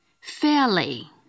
fairly